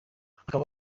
hakaba